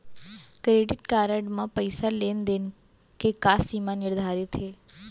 Credit card म पइसा लेन देन के का सीमा निर्धारित हे?